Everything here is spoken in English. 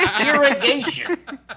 irrigation